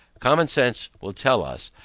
common sense will tell us,